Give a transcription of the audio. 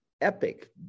epic